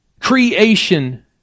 Creation